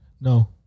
no